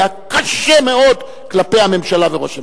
היה קשה מאוד כלפי הממשלה וראש הממשלה.